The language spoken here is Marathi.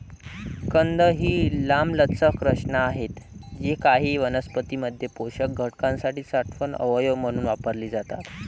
कंद ही लांबलचक रचना आहेत जी काही वनस्पतीं मध्ये पोषक घटकांसाठी साठवण अवयव म्हणून वापरली जातात